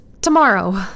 tomorrow